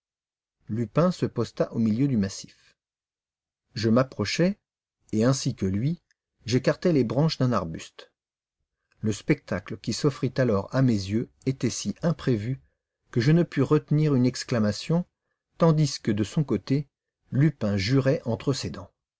lupin se posta au milieu du massif je m'approchai et ainsi que lui j'écartai les branches d'un arbuste le spectacle qui s'offrit alors à mes yeux était si imprévu que je ne pus retenir une exclamation tandis que de son côté lupin jurait entre ses dents